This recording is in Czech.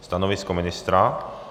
Stanovisko ministra?